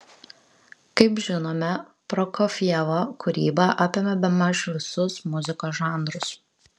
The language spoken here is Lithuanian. kaip žinome prokofjevo kūryba apėmė bemaž visus muzikos žanrus